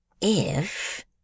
If